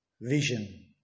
Vision